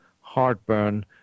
heartburn